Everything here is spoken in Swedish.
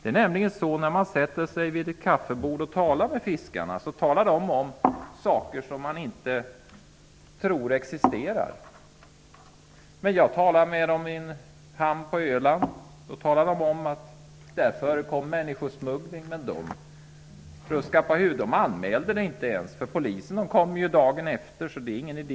När man sätter sig tillsammans med yrkesfiskare med en kopp kaffe, kan de berätta om saker som man inte tror existerar. Jag har talat med fiskare i en hamn på Öland. De har berättat att där förekommer människosmuggling. De anmäler inte ens dessa fall, för polisen kommer ju dagen efter. Så det är ingen idé...